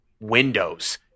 Windows